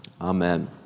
Amen